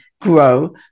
grow